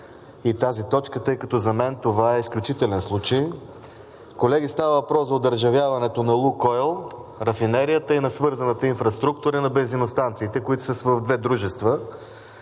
и тази точка, тъй като за мен това е изключителен случай. Колеги, става въпрос за одържавяването на рафинерията „Лукойл“ и на свързаната инфраструктура, и на бензиностанциите, които са в две дружества.